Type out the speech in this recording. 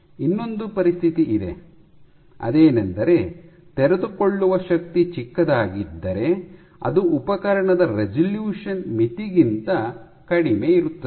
ಇನ್ನೊಂದು ಪರಿಸ್ಥಿತಿ ಇದೆ ಅದೇನೆಂದರೆ ತೆರೆದುಕೊಳ್ಳುವ ಶಕ್ತಿ ಚಿಕ್ಕದಾಗಿದ್ದರೆ ಅದು ಉಪಕರಣದ ರೆಸಲ್ಯೂಶನ್ ಮಿತಿಗಿಂತ ಕಡಿಮೆಯಿರುತ್ತದೆ